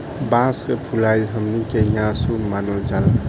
बांस के फुलाइल हमनी के इहां अशुभ मानल जाला